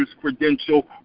credential